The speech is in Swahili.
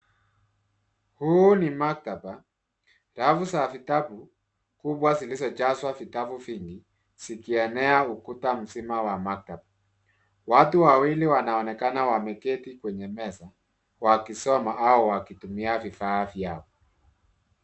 Huu ni maktaba, rafu za vitabu kubwa zilizojazwa vitabu vingi, zikienea ukuta mzima wa maktaba. Watu wawili wanaonekana wameketi kwenye meza wakisoma au wakitumia vifaa vyao.